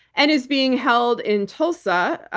and is being held in tulsa,